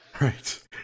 Right